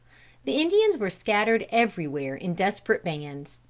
the indians were scattered everywhere in desperate bands.